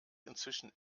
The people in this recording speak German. inzwischen